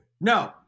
No